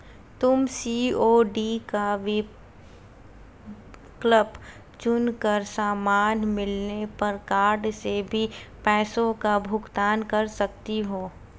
तुम सी.ओ.डी का विकल्प चुन कर सामान मिलने पर कार्ड से भी पैसों का भुगतान कर सकती हो